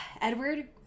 edward